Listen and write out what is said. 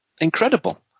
incredible